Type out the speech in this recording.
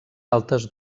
altes